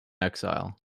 exile